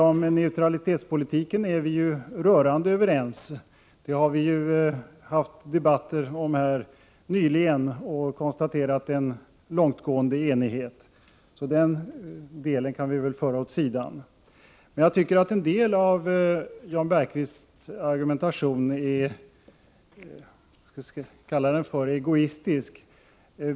Om neutralitetspolitiken är vi ju rörande överens. Den har vi haft debatter om här nyligen, och vi har konstaterat en långtgående enighet — så den frågan kan vi väl föra åt sidan. Men jag tycker att en del av Jan Bergqvists argumentation är egoistisk.